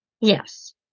Yes